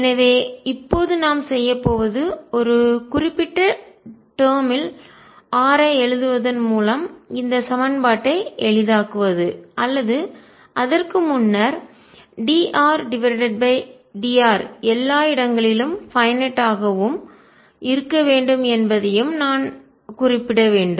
எனவே இப்போது நாம் செய்யப்போவது ஒரு குறிப்பிட்ட டேர்ம் யில் r ஐ எழுதுவதன் மூலம் இந்த சமன்பாட்டை எளிதாக்குவது அல்லது அதற்கு முன்னர் dR dr எல்லா இடங்களிலும் பைன்நட் ஆகவும் வரையறுக்கப்பட்டதாகவும் இருக்க வேண்டும் என்பதையும் நான் குறிப்பிட வேண்டும்